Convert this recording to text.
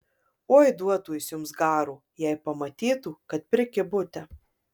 oi duotų jis jums garo jei pamatytų kad prikibote